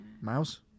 Mouse